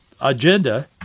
agenda